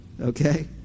Okay